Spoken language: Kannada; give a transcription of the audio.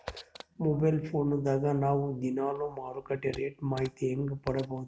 ಮೊಬೈಲ್ ಫೋನ್ ದಾಗ ನಾವು ದಿನಾಲು ಮಾರುಕಟ್ಟೆ ರೇಟ್ ಮಾಹಿತಿ ಹೆಂಗ ಪಡಿಬಹುದು?